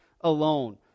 alone